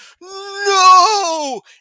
No